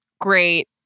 Great